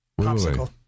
popsicle